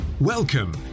Welcome